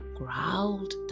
growled